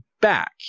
back